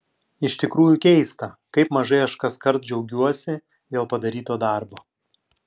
iš tikrųjų keista kaip mažai aš kaskart džiaugiuosi dėl padaryto darbo